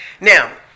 now